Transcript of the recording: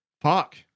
fuck